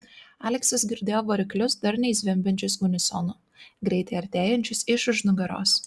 aleksas girdėjo variklius darniai zvimbiančius unisonu greitai artėjančius iš už nugaros